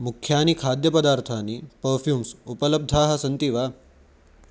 मुख्यानि खाद्यपदार्थानि पर्फ़्यूम्स् उपलब्धाः सन्ति वा